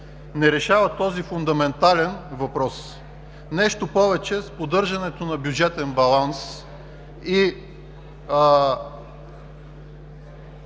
не решават този фундаментален въпрос. Нещо повече, с поддържането на бюджетен баланс и